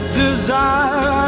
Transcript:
desire